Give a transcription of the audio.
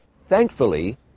Thankfully